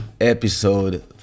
episode